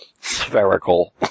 spherical